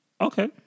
Okay